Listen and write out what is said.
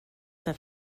that